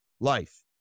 life